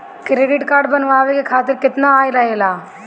Credit card बनवाए के खातिर केतना आय रहेला?